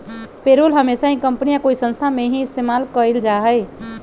payroll हमेशा ही company या कोई संस्था में ही इस्तेमाल कइल जाहई